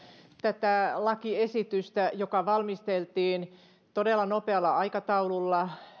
tätä lakiesitystä valmisteltiin todella nopealla aikataululla